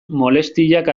molestiak